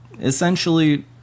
essentially